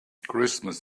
christmas